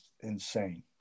insane